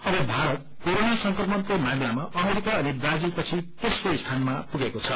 अब भारत कोरोना संक्रमणको मामिलामा अमेरिका अनि ब्राजिल पछि तेप्नो स्थानमा पुगेको छ